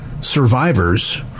survivors